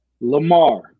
Lamar